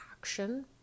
action